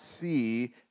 see